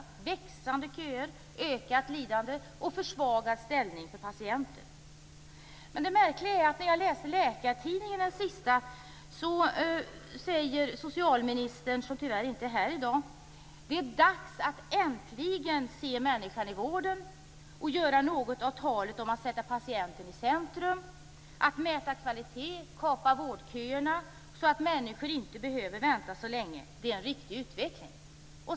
Det är växande köer, ökat lidande och försvagad ställning för patienten. Jag läser i Läkartidningen att socialministern, som tyvärr inte är här i dag, säger: Det är dags att äntligen se människan i vården och göra något av talet att sätta patienten i centrum, att mäta kvaliteten, kapa vårdköerna så att människor inte behöver vänta så länge. Det är en riktig utveckling.